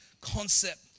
concept